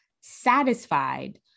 satisfied